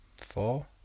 four